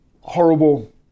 horrible